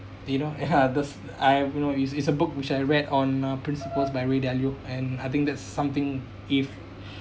you know ya those I have you know it's it's a book which I read on uh principles by ray dalio and I think that's something if